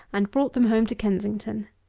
and brought them home to kensington.